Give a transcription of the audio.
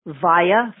via